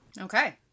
Okay